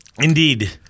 Indeed